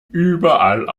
überall